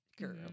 girl